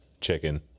chicken